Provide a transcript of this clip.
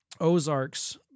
Ozarks